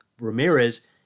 Ramirez